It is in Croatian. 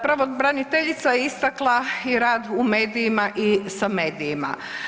Pravobraniteljica je istakla i rad u medijima i sa medijima.